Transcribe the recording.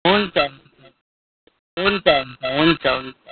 हुन्छ हुन्छ हुन्छ हुन्छ